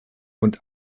und